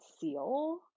Seal